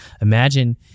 Imagine